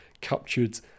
captured